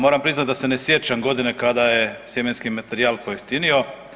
Moram priznati da se ne sjećam godine kada je sjemenski materijal pojeftinio.